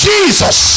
Jesus